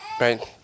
Right